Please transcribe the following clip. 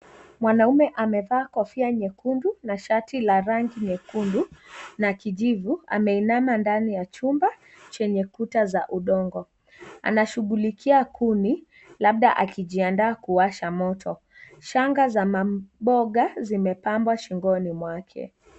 Mwanaume amevaa kofia nyekundu, na shati la rangi nyekundu na kijivu, ameinama ndani ya chumba chenye kuta za udongo, anashughulikia kuni labda akijiandaa kuwasha moto, changa za maboga zimepambwa shingoni mwake.